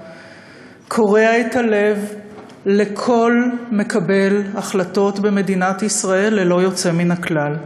קורע את הלב לכל מקבל החלטות במדינת ישראל ללא יוצא מן הכלל.